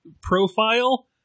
profile